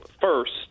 first